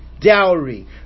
dowry